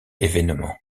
événement